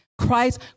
Christ